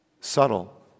subtle